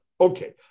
Okay